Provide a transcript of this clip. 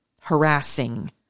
harassing